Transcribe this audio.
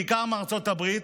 בעיקר מארצות הברית,